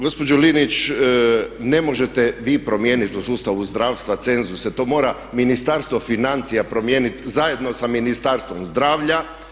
Gospođo Linić, ne možete vi promijeniti u sustavu zdravstva cenzuse, to mora Ministarstvo financija promijeniti zajedno sa Ministarstvom zdravlja.